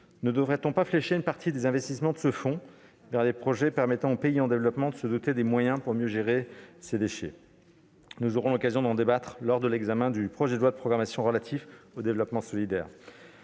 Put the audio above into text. Ne devrait-on pas flécher une partie des investissements de ce fonds vers des projets permettant aux pays en développement de se doter de moyens pour mieux gérer ces déchets ? Nous aurons l'occasion d'en débattre lors de l'examen du projet de loi de programmation relative au développement solidaire